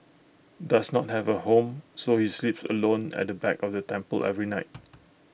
does not have A home so he sleeps alone at the back of the temple every night